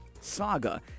saga